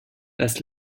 das